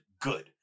good